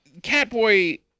Catboy